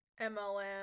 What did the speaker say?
MLM